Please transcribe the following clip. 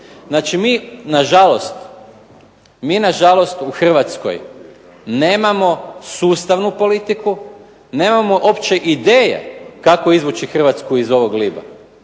Znači mi, nažalost, u Hrvatskoj nemamo sustavnu politiku, nemamo uopće ideje kako izvući Hrvatsku iz ovog gliba.